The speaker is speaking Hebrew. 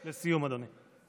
לסיום, אדוני.